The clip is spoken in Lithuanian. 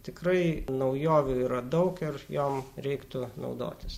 tikrai naujovių yra daug ir jom reiktų naudotis